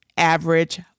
average